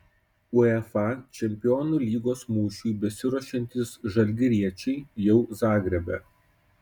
uefa čempionų lygos mūšiui besiruošiantys žalgiriečiai jau zagrebe